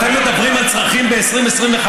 אתם מדברים על צרכים ב-2025?